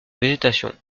végétation